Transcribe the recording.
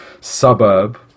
suburb